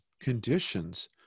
conditions